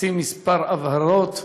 לשים כמה הבהרות,